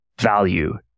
value